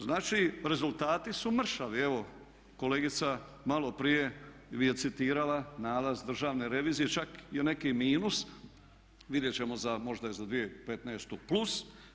Znači rezultati su mršavi, evo kolegica malo prije je citirala nalaz državne revizije čak i neki minus, vidjeti ćemo možda je za 2015. plus.